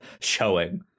showing